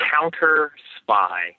Counter-spy